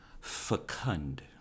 fecund